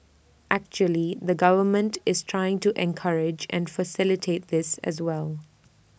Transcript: actually the government is trying to encourage and facilitate this as well